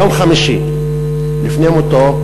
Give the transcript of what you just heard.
ביום חמישי לפני מותו,